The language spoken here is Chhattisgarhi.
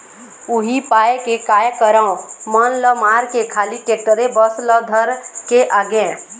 उही पाय के काय करँव मन ल मारके खाली टेक्टरे बस ल धर के आगेंव